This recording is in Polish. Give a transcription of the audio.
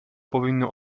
powinno